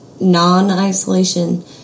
non-isolation